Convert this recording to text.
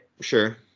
Sure